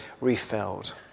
refilled